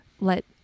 let